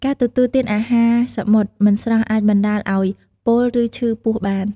ការទទួលទានអាហារសមុទ្រមិនស្រស់អាចបណ្តាលឱ្យ ពុល ឬឈឺពោះបាន។